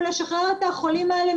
לשחרר את החולים האלה,